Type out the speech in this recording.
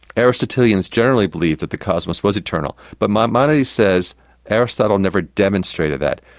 aristotelians generally believed that the cosmos was eternal. but maimonides says aristotle never demonstrated that.